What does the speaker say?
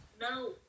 No